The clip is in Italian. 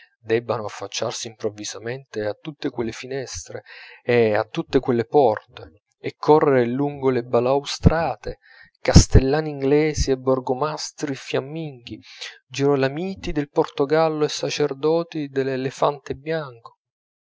debbano affacciarsi improvvisamente a tutte quelle finestre e a tutte quelle porte e correre lungo le balaustrate castellani inglesi e borgomastri fiamminghi girolamiti del portogallo e sacerdoti dell'elefante bianco